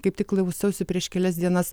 kaip tik klausiausi prieš kelias dienas